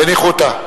בניחותא.